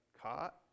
caught